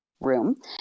room